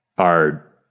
are,